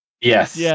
Yes